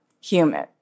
human